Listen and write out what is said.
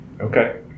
Okay